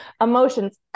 emotions